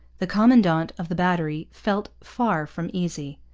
the commandant of the battery felt far from easy.